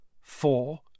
Four